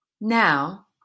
Now